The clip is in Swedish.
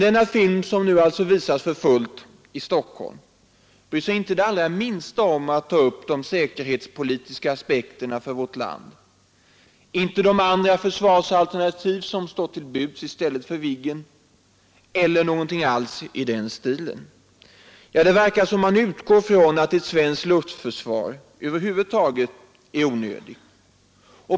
Denna film, som nu alltså visas för fullt i Stockholm, bryr sig inte det allra minsta om att ta upp de säkerhetspolitiska aspekterna för vårt land, inte de andra försvarsalternativ som står till buds i stället för Viggen eller någonting annat i den stilen. Det verkar som om man utgår ifrån att ett svenskt luftförsvar över huvud taget är onödigt.